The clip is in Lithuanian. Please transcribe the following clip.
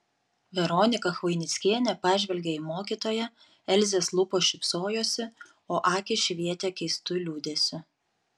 veronika chvainickienė pažvelgė į mokytoją elzės lūpos šypsojosi o akys švietė keistu liūdesiu